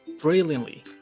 Brilliantly